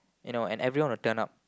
you know and everyone will turn up